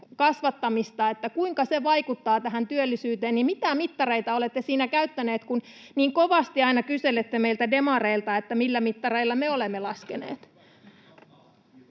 kasvattamista, sitä, kuinka se vaikuttaa tähän työllisyyteen? Mitä mittareita olette siinä käyttäneet, kun niin kovasti aina kyselette meiltä demareilta, millä mittareilla me olemme laskeneet?